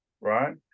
right